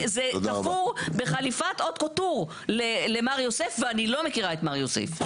זה תפור בחליפת הוט קוטור למר יוסף ואני לא מכירה את מר יוסף.